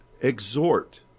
Exhort